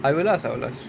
I will ask I will ask